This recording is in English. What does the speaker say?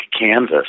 canvas